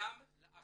אלא גם לאחינו,